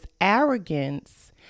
arrogance